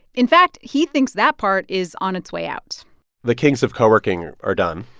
in fact, he thinks that part is on its way out the kings of coworking are are done,